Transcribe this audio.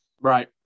Right